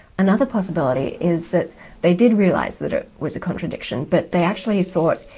another possibility is that they did realise that it was a contradiction but they actually thought,